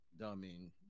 dumbing